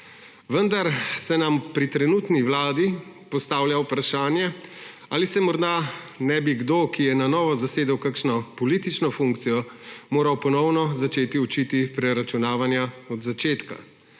Vendar se nam pri trenutni vladi postavlja vprašanje, ali se morda ne bi moral kdo, ki je na novo zasedel kakšno politično funkcijo, ponovno začeti učiti preračunavanja od začetka.